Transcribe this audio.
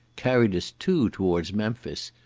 carried us two towards memphis,